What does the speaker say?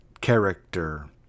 character